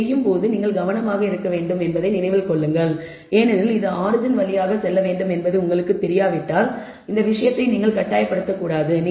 இதைச் செய்யும்போது நீங்கள் கவனமாக இருக்க வேண்டும் என்பதை நினைவில் கொள்ளுங்கள் ஏனென்றால் அது ஓரிஜின் வழியாகச் செல்ல வேண்டும் என்பது உங்களுக்குத் தெரியாவிட்டால் இந்த விஷயத்தை நீங்கள் கட்டாயப்படுத்தக் கூடாது